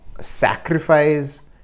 sacrifice